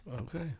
okay